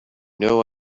know